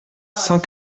cent